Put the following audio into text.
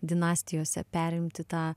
dinastijose perimti tą